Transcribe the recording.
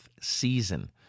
season